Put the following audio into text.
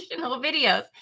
videos